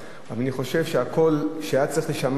אני חושב שהקול שהיה צריך להישמע כאן,